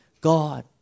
God